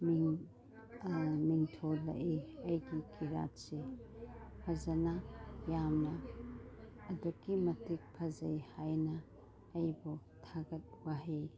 ꯃꯤꯡ ꯃꯤꯡ ꯊꯣꯜꯂꯛꯏ ꯑꯩꯒꯤ ꯀꯤꯔꯥꯠꯁꯦ ꯐꯖꯅ ꯌꯥꯝꯅ ꯑꯗꯨꯛꯀꯤ ꯃꯇꯤꯛ ꯐꯖꯩ ꯍꯥꯏꯅ ꯑꯩꯕꯨ ꯊꯥꯒꯠ ꯋꯥꯍꯩ